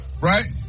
Right